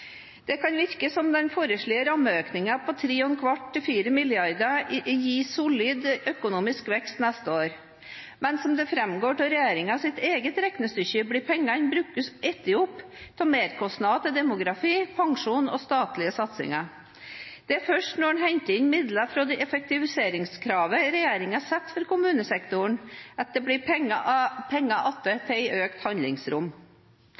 Det kan virke som den foreslåtte rammeøkningen på 3,75 mrd. kr til 4 mrd. kr gir solid økonomisk vekst neste år. Men som det framgår av regjeringens eget regnestykke, blir pengene spist opp av merkostnader til demografi, pensjon og statlige satsinger. Det er først når en henter inn midler fra de effektiviseringskrav regjeringen setter for kommunesektoren at det blir penger igjen til økt handlingsrom.